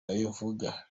navuga